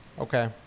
Okay